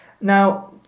Now